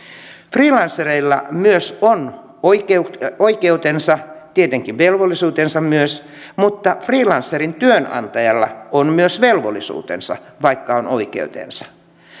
freelancereilla myös on oikeutensa tietenkin velvollisuutensa myös mutta freelancerin työnantajalla on myös velvollisuutensa vaikka sillä on oikeutensa